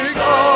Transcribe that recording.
go